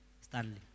Stanley